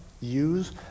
use